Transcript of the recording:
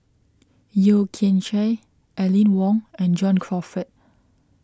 Yeo Kian Chye Aline Wong and John Crawfurd